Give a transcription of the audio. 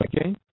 okay